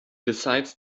decides